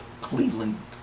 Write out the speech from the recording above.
Cleveland